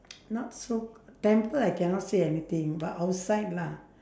not so temple I cannot say anything but outside lah